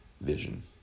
vision